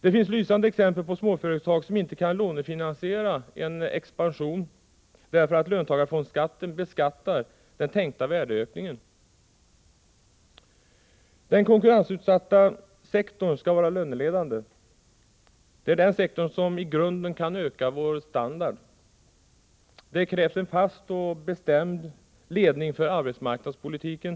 Det finns lysande exempel på småföretag som inte kan lånefinansiera en expansion därför att löntagarfondsskatten beskattar den tänkta värdeökningen. Den konkurrensutsatta sektorn skall vara löneledande. Det är den sektorn som i grunden kan öka vår standard. Det krävs en fast och bestämd ledning för arbetsmarknadspolitiken.